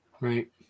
Right